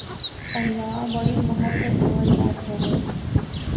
पहिलवां बड़ी महत्त्व देवल जात रहल